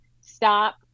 stop